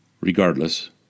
Regardless